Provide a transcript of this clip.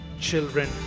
children